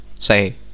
say